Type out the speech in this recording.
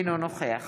אינו נוכח